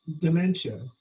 dementia